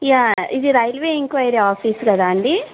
yeah ఇది railway inquiry office కదా అండి